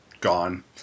gone